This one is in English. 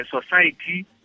society